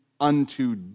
unto